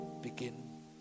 begin